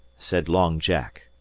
said long jack,